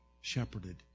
shepherded